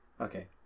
Okay